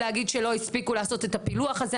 להגיד שלא הספיקו לעשות את הפילוח הזה.